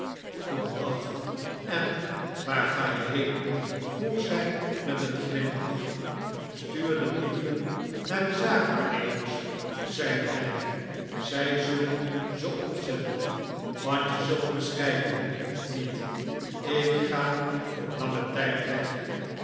dag en waar ga je heen vroeg zij met een glimlach stuur de brieven naar de zaakwaarnemers zeide hij zij zullen ze opzenden want je zult me schrijven niet ik ga voor langen tijd weg